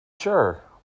sure